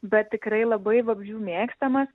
bet tikrai labai vabzdžių mėgstamas